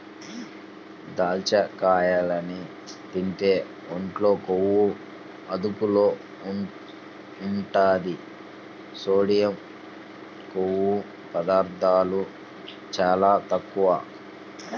దాచ్చకాయల్ని తింటే ఒంట్లో కొవ్వు అదుపులో ఉంటది, సోడియం, కొవ్వు పదార్ధాలు చాలా తక్కువ